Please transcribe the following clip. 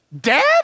Dead